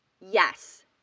Yes